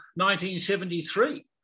1973